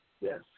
Yes